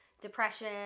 depression